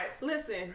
Listen